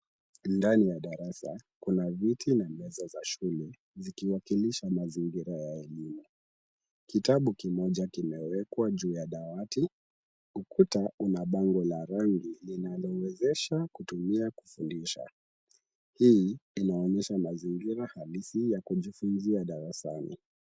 Ndani ya darasa, kuna viti na meza za shule zikiwakilisha mazingira ya elimu. Kitabu kimoja kimewekwa juu ya dawati, ukuta una bango la rangi linalowezesha kutumia kufundisha. Hii inaonyesha mazingira halisi ya kujifunzia darasani.